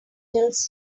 search